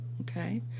okay